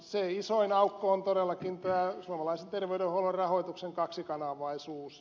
isoin aukko on todellakin tämä suomalaisen terveydenhuollon rahoituksen kaksikanavaisuus